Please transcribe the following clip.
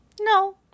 No